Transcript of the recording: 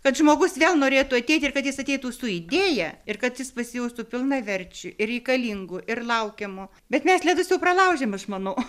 kad žmogus vėl norėtų ateiti ir kad jis ateitų su idėja ir kad jis pasijaustų pilnaverčiu reikalingu ir laukiamu bet mes ledus jau pralaužėm aš manau